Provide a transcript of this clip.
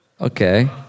Okay